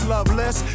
Loveless